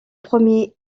premier